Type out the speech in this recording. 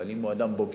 אבל אם הוא אדם בוגר,